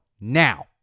Now